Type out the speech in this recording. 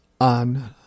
on